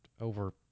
over